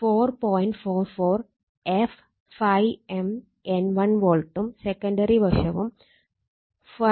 44 f ∅m N1 വോൾട്ടും secondary വശവും 4